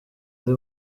ari